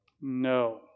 No